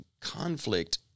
conflict